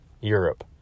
Europe